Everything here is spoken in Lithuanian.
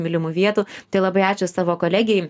mylimų vietų tai labai ačiū savo kolegei